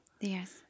Yes